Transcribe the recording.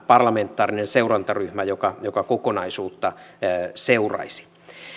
parlamentaarinen seurantaryhmä joka joka kokonaisuutta seuraisi